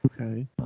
Okay